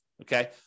Okay